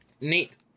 Neat